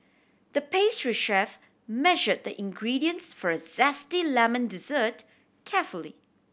the pastry chef measured the ingredients for a zesty lemon dessert carefully